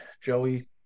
joey